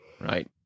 right